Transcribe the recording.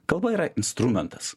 kalba yra instrumentas